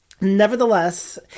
nevertheless